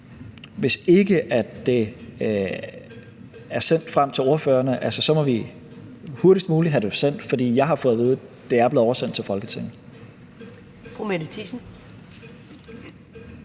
Hvis ikke det er sendt frem til ordførerne, må vi hurtigst muligt have det sendt, for jeg har fået at vide, at det er blevet oversendt til Folketinget.